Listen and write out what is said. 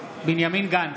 בנימין גנץ,